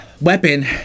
weapon